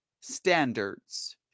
standards